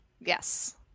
Yes